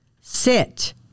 sit